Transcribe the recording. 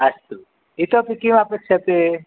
अस्तु इतोऽपि किम् अपेक्ष्यते